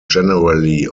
generally